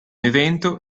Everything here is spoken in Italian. evento